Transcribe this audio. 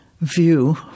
view